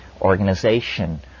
organization